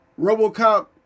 RoboCop